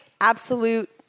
absolute